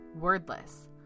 Wordless